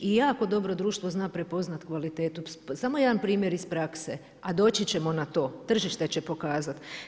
I jako dobro društvo zna prepoznati kvalitetu samo jedan primjer iz prakse, a doći ćemo na to, tržište će pokazati.